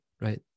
right